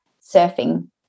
surfing